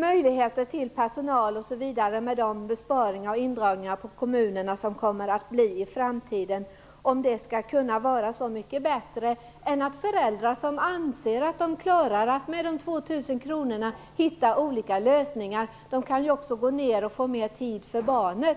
möjligheter till personal osv. som finns i och med de besparingar och indragningar som kommer att bli i kommunerna i framtiden, om nu föräldrarna anser att de klarar att hitta andra lösningar med de 2 000 kronorna. De kan ju också gå ner i arbetstid och få mer tid för barnen.